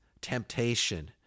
temptation